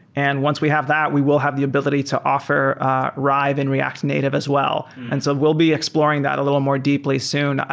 and once we have that, we will have the ability to offer rive in react native as well. and so we'll be exploring that a little more deeply soon.